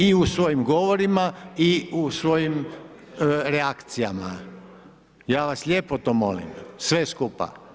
I u svojim govorima i u svojim reakcijama, ja vas lijepo to molim sve skupa.